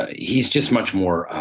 ah he's just much more